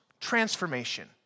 transformation